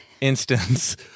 instance